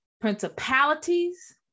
principalities